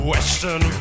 Western